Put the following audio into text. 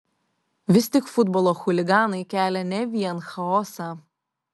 vis tik futbolo chuliganai kelia ne vien chaosą